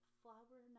flower